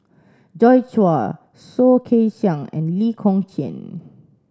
Joi Chua Soh Kay Siang and Lee Kong Chian